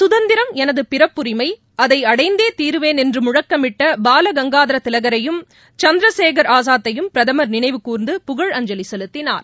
சுதந்திரம் எனதுபிறப்புரிமை அதைஅடைந்தேதீருவேன் என்றுமுழக்கமிட்டபாலகங்காதரதிலகரையும் சந்திரசேகர் ஆசாத்தையும் பிரதமர் நினைவுகூர்ந்து புகழ் அஞ்சலிசெலுத்தினார்